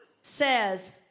says